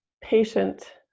patient